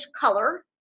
color